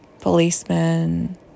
policemen